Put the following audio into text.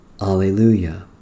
Alleluia